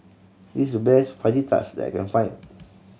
this is the best Fajitas that I can find